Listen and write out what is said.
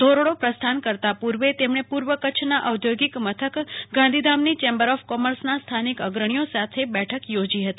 ધોરડો પ્રસ્થાન કરતા પુર્વે તેમણે પુર્વ કચ્છના ઔધોગિક મથક ગાંધીધામની ચેમ્બર ઓફ કોમર્સના સ્થાનિક અગ્રણીઓ સાથે બેઠક યોજી હતી